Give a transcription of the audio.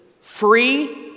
free